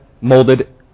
molded